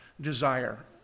desire